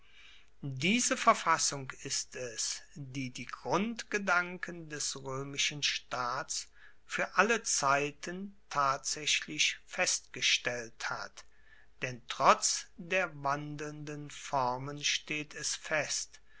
diese verfassung ist es die die grundgedanken des roemischen staats fuer alle zeiten tatsaechlich festgestellt hat denn trotz der wandelnden formen steht es fest